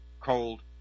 cold